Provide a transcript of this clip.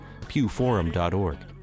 pewforum.org